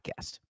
Podcast